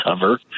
cover